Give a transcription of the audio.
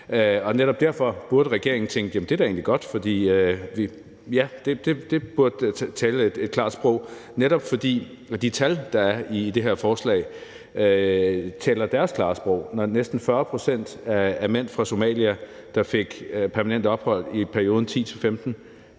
Netop derfor burde regeringen tænke, at jamen det er da egentlig godt. Det burde tale et klart sprog, netop fordi de tal, der er i det her forslag, taler deres klare sprog. Næsten 40 pct. af mænd fra Somalia, der fik permanent ophold i perioden 2010-2015